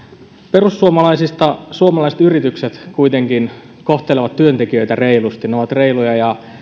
perussuomalaisista suomalaiset yritykset kuitenkin kohtelevat työntekijöitä reilusti ne ovat reiluja ja